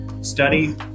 study